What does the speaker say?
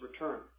return